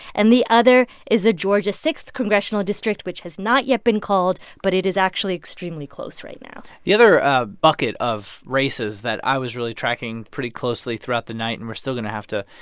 and the other is the georgia sixth congressional district, which has not yet been called, but it is actually extremely close right now the other bucket of races that i was really tracking pretty closely throughout the night and we're still going to have to,